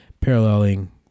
paralleling